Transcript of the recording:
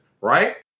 right